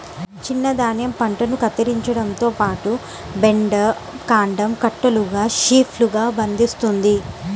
చిన్న ధాన్యం పంటను కత్తిరించడంతో పాటు, బైండర్ కాండం కట్టలుగా షీవ్లుగా బంధిస్తుంది